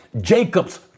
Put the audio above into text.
Jacob's